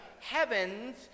heavens